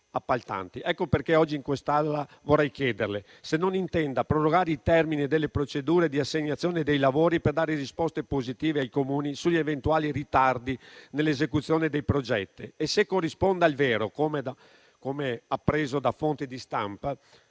Ecco perché oggi in quest'Aula vorrei chiederle se non intenda prorogare i termini delle procedure di assegnazione dei lavori, per dare risposte positive ai Comuni sugli eventuali ritardi nell'esecuzione dei progetti, e se corrisponde al vero - come ho appreso da fonti di stampa